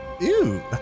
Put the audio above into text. Ew